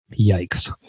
yikes